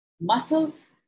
muscles